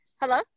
Hello